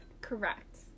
Correct